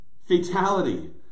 Fatality